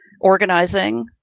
organizing